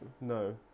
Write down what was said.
no